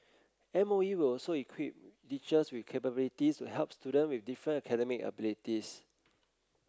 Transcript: M O E will also equip teachers with capabilities to help student with different academic abilities